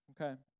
Okay